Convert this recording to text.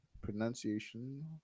Pronunciation